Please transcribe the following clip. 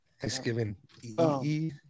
Thanksgiving